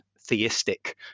theistic